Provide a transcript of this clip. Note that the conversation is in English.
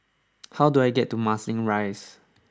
how do I get to Marsiling Rise